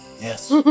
Yes